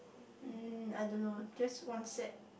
um I don't know just one set